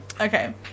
Okay